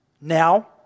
now